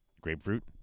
grapefruit